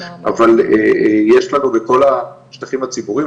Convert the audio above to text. אבל יש לנו בכל השטחים הציבוריים,